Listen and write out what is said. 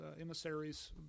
emissaries